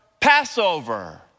Passover